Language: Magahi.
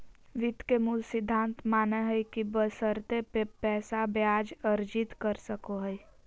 वित्त के मूल सिद्धांत मानय हइ कि बशर्ते पैसा ब्याज अर्जित कर सको हइ